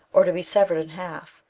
or to be severed in half,